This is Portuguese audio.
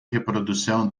reprodução